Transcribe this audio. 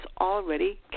already